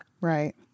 Right